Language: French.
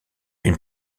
une